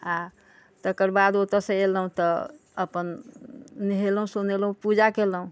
आ तेकर बाद ओतयसँ एलहुँ तऽ अपन नेहलहुँ सुनेलहुँ पूजा केलहुँ